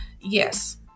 Yes